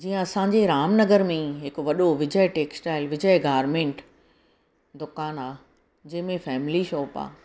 जीअं असांजे राम नगर में ई हिकु वॾो विजय टेक्सटाइल विजय गार्मेंट दुकान आहे जंहिंमें फैमिली शॉप आहे